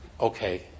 Okay